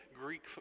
Greek